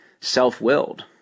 self-willed